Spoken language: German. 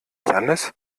jannis